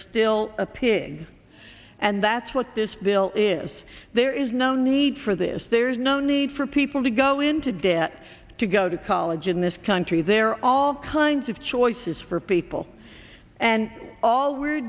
still a pig and that's what this bill is there is no need for this there's no need for people to go into debt to go to college in this country there are all kinds of choices for people and all we're